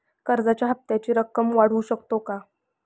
कर्जाच्या हप्त्याची रक्कम वाढवू शकतो का?